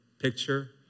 picture